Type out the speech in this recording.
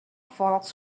folks